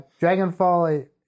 Dragonfall